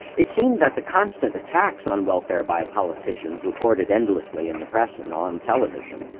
it seemed that the constant attacks on welfare by politicians, reported endlessly in the press and on television,